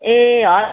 ए